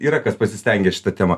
yra kas pasistengė šita tema